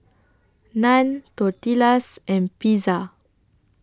Naan Tortillas and Pizza